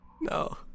No